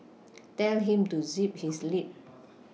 tell him to zip his lip